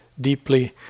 deeply